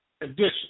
edition